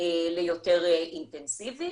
ליותר אינטנסיבי